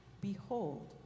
Behold